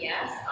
Yes